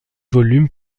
volume